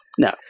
No